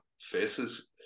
faces